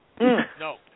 No